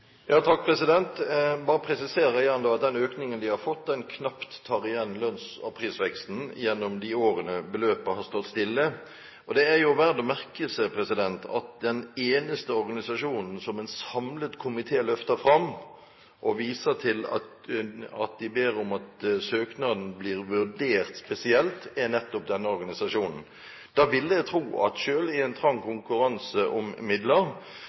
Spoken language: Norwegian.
Jeg vil bare igjen presisere at den økningen de har fått, knapt tar igjen lønns- og prisveksten gjennom de årene beløpet har stått stille. Og det er jo verdt å merke seg at den eneste organisasjonen som en samlet komité løfter fram – de ber om at søknaden blir vurdert spesielt – er nettopp denne organisasjonen. Da ville jeg tro at selv i en trang konkurranse om midler,